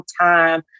time